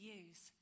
use